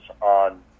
on